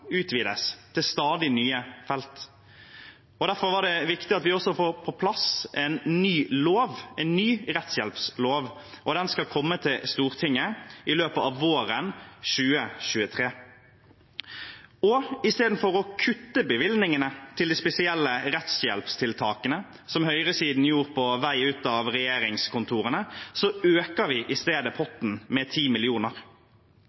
utvides til stadig nye felt. Derfor er det viktig at vi også får på plass en ny lov, en ny rettshjelpslov, og den skal komme til Stortinget i løpet av våren 2023. Istedenfor å kutte bevilgningene til de spesielle rettshjelptiltakene, som høyresiden gjorde på vei ut av regjeringskontorene, øker vi potten med 10 mill. kr. I